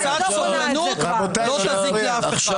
קצת סבלנות לא תזיק לאף אחד.